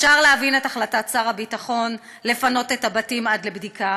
שם אפשר להבין את החלטת שר הביטחון לפנות את הבתים עד לבדיקה,